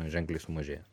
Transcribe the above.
ženkliai sumažėjęs